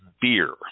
beer